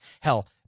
hell